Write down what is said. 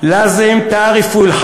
חבר הכנסת פרי, זה מזכיר לי: